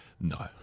No